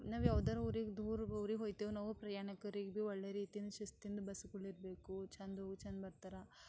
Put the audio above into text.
ನಾವ್ಯಾವ್ದಾದ್ರೂ ಊರಿಗೆ ದೂರ ಊರಿಗೆ ಹೋಗ್ತೇವು ನಾವು ಪ್ರಯಾಣಕ್ರು ಭೀ ಒಳ್ಳೆ ರೀತಿಂದ ಶಿಸ್ತಿಂದ ಬಸ್ಗಳು ಇರಬೇಕು ಚೆಂದವು ಜನ ಬರ್ತಾರೆ